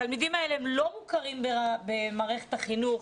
התלמידים האלה לא מוכרים במערכת החינוך